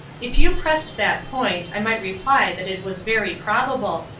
if you pressed that point i might reply that it was very probable,